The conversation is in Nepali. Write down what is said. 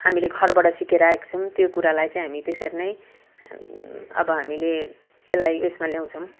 हामीले घरबाट सिकेर आएको छौँ त्यो कुरालाई चाहिँ हामी त्यसरी नै अब हामीले त्यसलाई उसमा ल्याउँछौँ